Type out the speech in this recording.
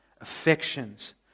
affections